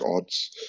odds